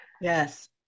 yes